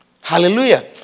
Hallelujah